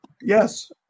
Yes